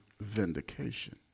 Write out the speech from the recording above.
vindication